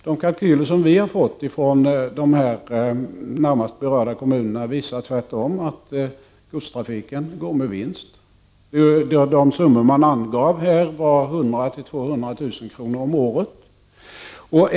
De kalkyler som jag har fått från de närmast berörda kommunerna visar tvärtom att godstrafiken går med vinst. De summor man angav här var 100 000-200 000 kr. om året.